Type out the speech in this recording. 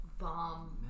Bomb